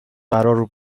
قرار